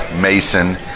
Mason